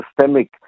systemic